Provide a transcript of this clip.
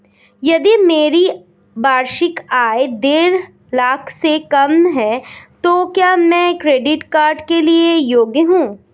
यदि मेरी वार्षिक आय देढ़ लाख से कम है तो क्या मैं क्रेडिट कार्ड के लिए योग्य हूँ?